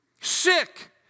sick